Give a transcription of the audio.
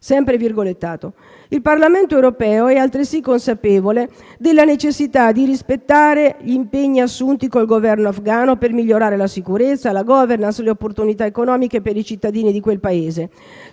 procedere in tal senso». Il Parlamento europeo è altresì consapevole della necessità «di rispettare gli impegni assunti con il Governo afgano per migliorare la sicurezza, la *governance* e le opportunità economiche per i cittadini di quel Paese.